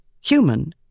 Human